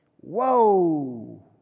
Whoa